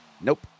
Nope